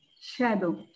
shadow